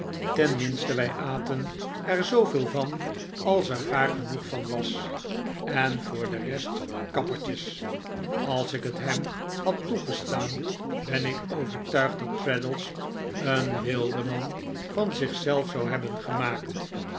tenminste wij aten er zooveel van als er gaar genoeg van was en voor de rest kappertjes als ik het hem had toegestaan ben ik overtuigd dat traddles een wildeman van zich zelf zou hebben gemaakt